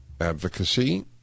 advocacy